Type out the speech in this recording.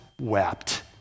wept